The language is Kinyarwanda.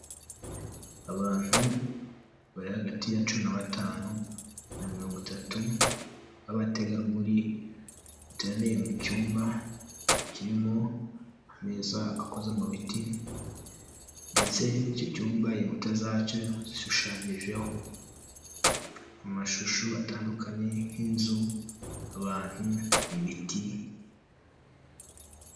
Abantu bari hagati ya cumi na batanu na mirongo itatu b'abategarugori, bateraniye mu cyumba kirimo ameza akoze mu biti ndetse icyo cyumba inkuta zacyo zishushanyijeho amashusho atandukanye nk'inzu abantu imiti.